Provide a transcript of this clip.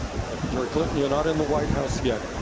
secretary clinton, you're not in the white house yet.